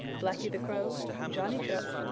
blacky the crow, johnny chuck,